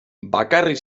bakarrik